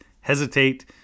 hesitate